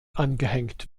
angehängt